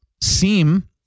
seem